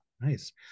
nice